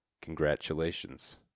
congratulations